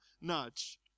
nudge